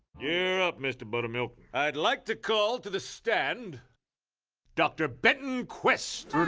you're up, mr. buttermilk. i'd like to call to the stand dr. benton quest.